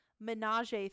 menage